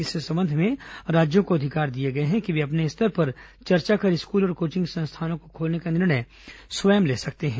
इस संबंध में राज्यों को अधिकार दिए गए हैं कि वे अपने स्तर पर चर्चा कर स्कूल और कोचिंग संस्थानों को खोलने का निर्णय स्वयं ले सकते हैं